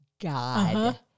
God